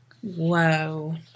Whoa